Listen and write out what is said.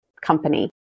company